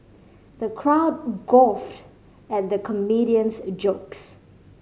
the crowd guffawed at the comedian's jokes